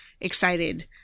excited